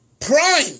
prime